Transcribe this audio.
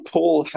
Paul